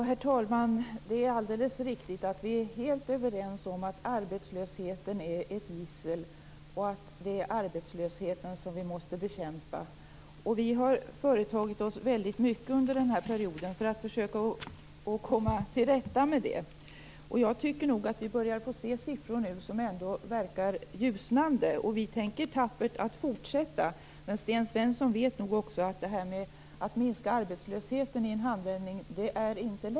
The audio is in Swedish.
Herr talman! Det är alldeles riktigt att vi är helt överens om att arbetslösheten är ett gissel och att det är arbetslösheten som vi måste bekämpa. Vi har företagit oss väldigt mycket under denna period för att försöka att komma till rätta med den. Jag tycker nog att vi nu börjar få se siffror som ändå verkar ljusnande. Vi tänker tappert att fortsätta. Sten Svensson vet nog också att det inte är lätt att minska arbetslösheten i en handvändning.